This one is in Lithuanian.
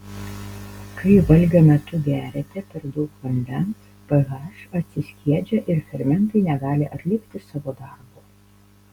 kai valgio metu geriate per daug vandens ph atsiskiedžia ir fermentai negali atlikti savo darbo